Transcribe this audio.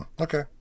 Okay